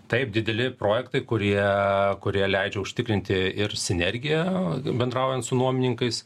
taip dideli projektai kurie kurie leidžia užtikrinti ir sinergiją bendraujant su nuomininkais